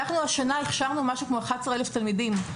השנה הכשרנו משהו כמו 11,000 תלמידים.